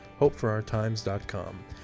hopeforourtimes.com